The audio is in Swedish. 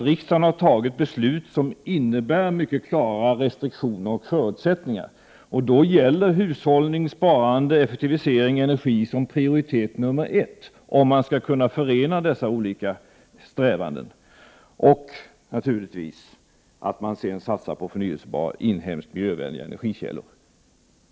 Riksdagen har fattat beslut som innebär mycket klara restriktioner och förutsättningar. Då gäller hushållning, sparande och effektivisering av energin som prioritet nummer ett, om dessa olika strävanden skall kunna förenas. Naturligtvis skall man parallellt med detta satsa på förnyelsebara, inhemska och miljövänliga energikällor.